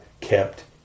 kept